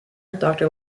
doctor